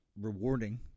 rewarding